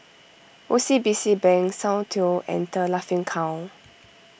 O C B C Bank Soundteoh and the Laughing Cow